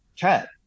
cat